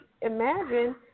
imagine